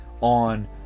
on